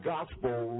Gospel